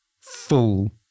full